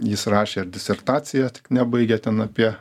jis rašė ir disertaciją tik nebaigė ten apie